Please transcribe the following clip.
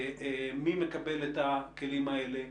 מי מקבל את הכלים האלה,